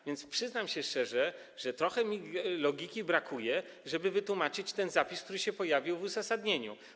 A więc przyznam szczerze, że trochę tu logiki brakuje, żeby wytłumaczyć ten zapis, który się pojawił w uzasadnieniu.